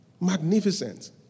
magnificent